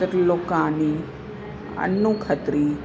Trilokani Annu Khatri